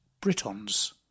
Britons